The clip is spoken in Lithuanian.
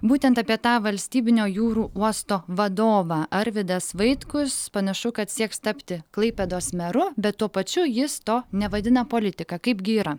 būtent apie tą valstybinio jūrų uosto vadovą arvydas vaitkus panašu kad sieks tapti klaipėdos meru bet tuo pačiu jis to nevadina politika kaipgi yra